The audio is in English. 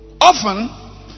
Often